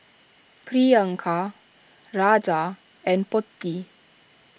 Priyanka Raja and Potti